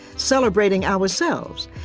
celebrating ourselves,